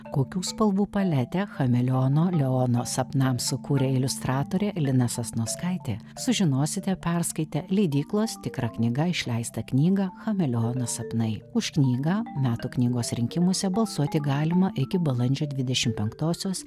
kokių spalvų paletę chameleono leono sapnams sukūrė iliustratorė lina sasnauskaitė sužinosite perskaitę leidyklos tikra knyga išleistą knygą chameleono sapnai už knygą metų knygos rinkimuose balsuoti galima iki balandžio dvidešim penktosios